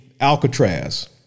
Alcatraz